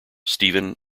steven